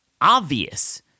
obvious